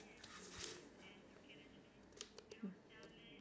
but ya how what what you think what you think about art